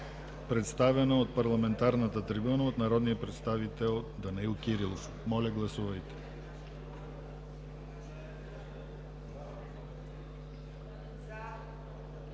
представено от парламентарната трибуна от народния представител Данаил Кирилов. Моля, гласувайте.